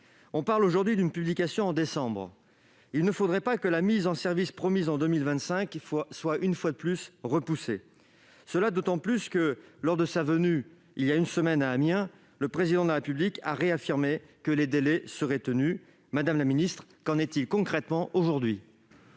On parle aujourd'hui d'une publication au mois de décembre. Il ne faudrait pas que la mise en service promise en 2025 soit une fois de plus repoussée, d'autant que, lors de sa venue à Amiens voilà une semaine, le Président de la République a réaffirmé que les délais seraient tenus. Qu'en est-il concrètement aujourd'hui ?